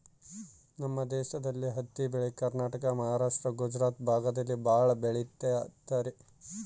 ನಮ್ ದೇಶದಲ್ಲಿ ಹತ್ತಿ ಬೆಳೆ ಕರ್ನಾಟಕ ಮಹಾರಾಷ್ಟ್ರ ಗುಜರಾತ್ ಭಾಗದಲ್ಲಿ ಭಾಳ ಬೆಳಿತರೆ